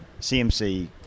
CMC